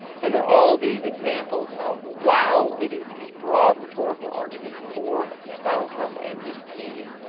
so there are all these examples of, while it is the broad, rhetorical argument for donald trump and his team,